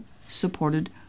supported